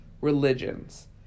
religions